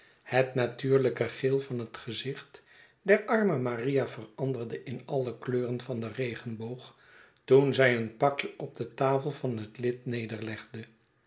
het natuurlijke geel van het gezicht der arme maria veranderde in alle kleuren van den regenboog toen zij een pakje op de tafel van het lid nederlegde